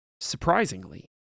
surprisingly